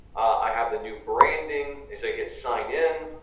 i have the new branding. as i hit sign in,